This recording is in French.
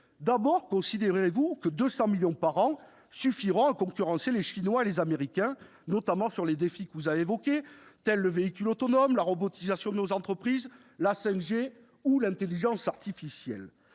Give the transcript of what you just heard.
considérez-vous que 200 millions d'euros par an suffiront à concurrencer les Chinois et les Américains, notamment face aux défis que vous avez évoqués, comme le véhicule autonome, la robotisation de nos entreprises, la 5G ou l'intelligence artificielle